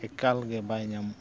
ᱮᱠᱟᱞᱜᱮ ᱵᱟᱭ ᱧᱟᱢᱚᱜᱼᱟ